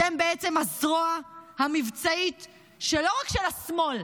אתם בעצם הזרוע המבצעית לא רק של השמאל